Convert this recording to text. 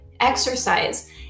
exercise